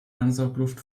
ansaugluft